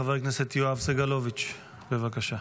חבר הכנסת יואב סגלוביץ', בבקשה,